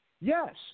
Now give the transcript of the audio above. Yes